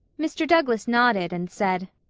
mr. douglas nodded and said,